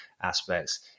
aspects